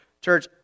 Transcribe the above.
Church